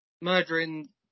murdering